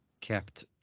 kept